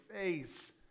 face